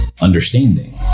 understanding